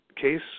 case